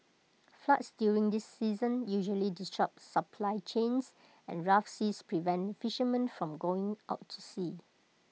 floods during this season usually disrupt supply chains and rough seas prevent fishermen from going out to sea